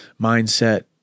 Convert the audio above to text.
mindset